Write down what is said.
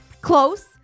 Close